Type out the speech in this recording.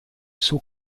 suo